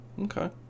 okay